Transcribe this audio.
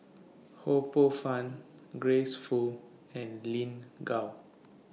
Ho Poh Fun Grace Fu and Lin Gao